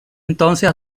entonces